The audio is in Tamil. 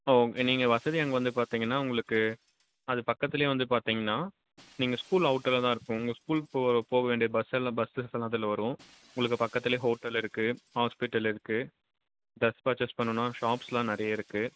ஓ நீங்கள் வசதி அங்கே வந்து பார்த்தீங்கன்னா உங்களுக்கு அது பக்கத்துலையே வந்து பார்த்தீங்கன்னா நீங்கள் ஸ்கூல் அவுட்டராக தான் இருக்கும் உங்கள் ஸ்கூல் போ போக வேண்டிய பஸ்ஸெல்லாம் பஸ்ஸஸ்லாம் அதில் வரும் உங்களுக்கு பக்கத்துலையே ஹோட்டல் இருக்கு ஹாஸ்பிடல் இருக்கு ட்ரெஸ் பர்ச்சேஸ் பண்ணுணுன்னா ஷாப்ஸ்லாம் நிறைய இருக்கு